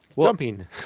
jumping